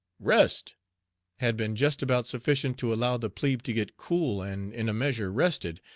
rest had been just about sufficient to allow the plebe to get cool and in a measure rested,